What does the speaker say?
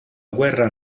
guerra